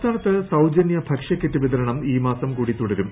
സംസ്ഥാനത്ത് സൌജന്റി ഭക്ഷ്യക്കിറ്റ് വിതരണം ഈ മാസം കൂടി തുടരും